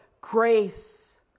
grace